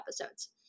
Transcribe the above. episodes